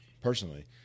personally